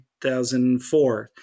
2004